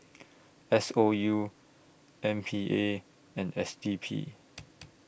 S O U M P A and S D P